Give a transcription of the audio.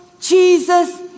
Jesus